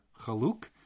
chaluk